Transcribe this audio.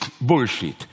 bullshit